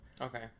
Okay